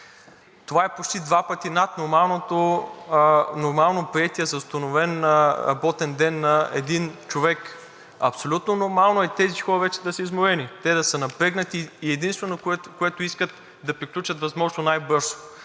Това е почти два пъти над нормално приетия за установен работен ден на един човек. Абсолютно нормално е тези хора вече да са изморени, те да са напрегнати и единственото, което искат, е да приключат възможно най бързо.